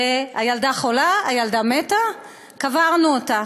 הילדה חולה, הילדה מתה, קברנו אותה.